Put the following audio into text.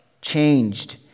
changed